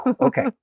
Okay